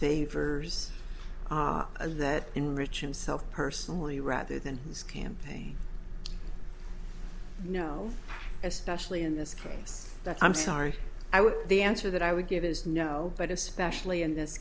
favors that enrich him self personally rather than his campaign no especially in this case that i'm sorry i would the answer that i would give is no but especially in this